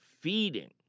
feeding